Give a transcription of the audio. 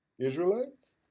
Israelites